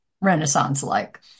Renaissance-like